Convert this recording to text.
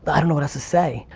i don't know what else to say.